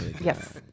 Yes